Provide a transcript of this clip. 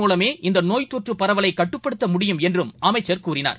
மூலமே இந்தநோய் தொற்றுபரவலைகட்டுப்படுத்த இதள் முடியும் என்றும் அமைச்சர் கூறினார்